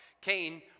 Cain